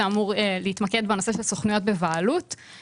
אמור להתמקד בנושא של סוכנויות בבעלות,